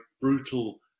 brutal